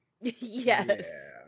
Yes